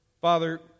Father